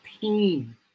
pain